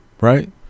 right